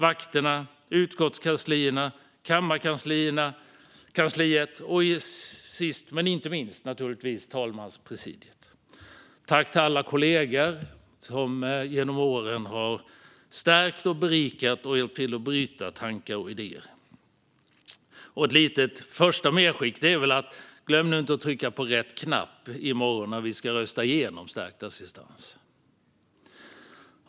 Det gäller utskottskanslierna och kammarkansliet och - sist men inte minst - talmanspresidiet, naturligtvis. Jag tackar alla kollegor som genom åren har stärkt och berikat debatten och hjälpt till att bryta tankar och idéer. Ett litet medskick är väl: Glöm nu inte att trycka på rätt knapp i morgon när vi ska rösta igenom förslaget om stärkt assistans!